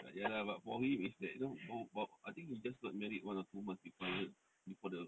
ya lah but for him is that know I think he just got married one or two months before the before the